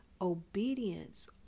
obedience